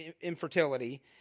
infertility